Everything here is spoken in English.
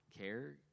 care